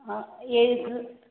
ஆ